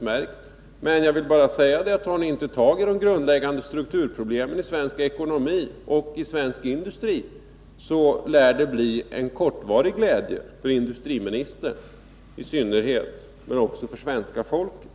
Men jag vill bara säga att tar ni inte tag i de grundläggande strukturproblemen i svensk ekonomi och i svensk industri lär det bli en kortvarig glädje — för industriministern i synnerhet men också för svenska folket.